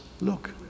look